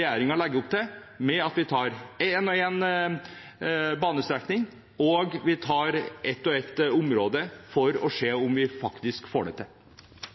regjeringen legger opp til ved at man tar én og én banestrekning og ett og ett område, for å se om man faktisk får det til.